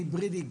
היברידי,